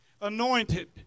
anointed